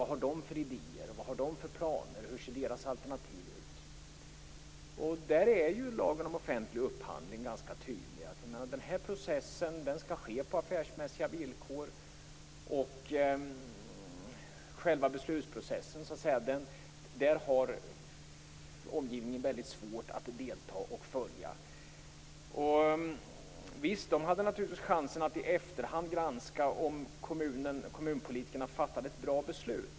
Vad har de för idéer och planer? Hur ser deras alternativ ut? Där är lagen om offentlig upphandling ganska tydlig. Den här processen skall ske på affärsmässiga villkor. Själva beslutsprocessen har omgivningen väldigt svårt att delta i och följa. Visst hade de äldre naturligtvis chansen att i efterhand granska om kommunpolitikerna fattade ett bra beslut.